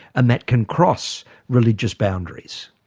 and that can cross religious boundaries?